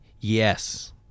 Yes